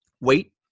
wait